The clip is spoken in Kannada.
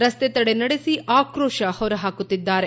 ರಸ್ತೆ ತಡೆ ನಡೆಸಿ ಆಕ್ರೋಶ ಹೊರಹಾಕುತ್ತಿದ್ದಾರೆ